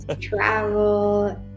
travel